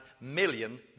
million